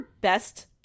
best